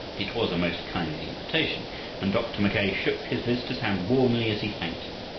it was a most kindly invitation and dr. mackay shook his visitor's hand warmly as he thanked him.